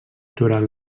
durant